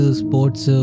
sports